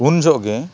ᱩᱱ ᱡᱚᱦᱚᱜ ᱜᱮ